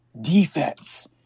defense